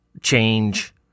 change